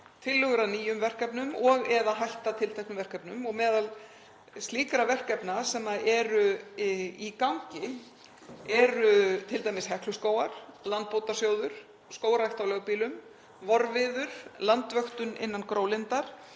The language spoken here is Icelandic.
tillögur að nýjum verkefnum og/eða hætta tilteknum verkefnum og meðal slíkra verkefna sem eru í gangi eru t.d. Hekluskógar, Landbótasjóður, skógrækt á lögbýlum, Vorviður, landvöktun innan GróLindar,